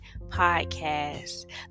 podcast